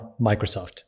Microsoft